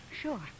Sure